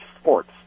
sports